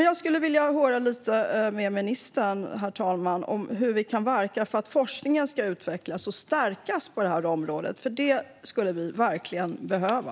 Jag skulle vilja höra lite med ministern, herr talman, hur vi kan verka för att forskningen ska utvecklas och stärkas på det här området. Det skulle vi verkligen behöva.